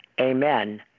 Amen